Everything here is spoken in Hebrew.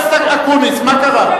חבר הכנסת אקוניס, מה קרה?